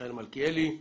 מיכאל מלכיאלי,